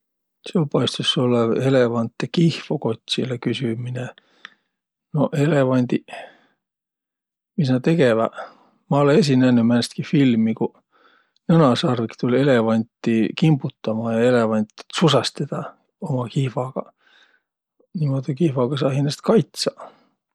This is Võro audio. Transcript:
Seo paistus ollõv eelevantõ kihvo kotsilõ küsümine. No eelevandiq, mis nä tegeväq? Ma olõ esiq nännüq määnestki filmi, ku nõnasarvik tull' eelevanti kimbutama ja eelevant tsusas' tedä uma kihvagaq. Niimuudu kihvaga saa hinnäst kaitsaq.